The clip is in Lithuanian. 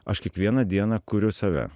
aš kiekvieną dieną kuriu save